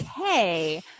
okay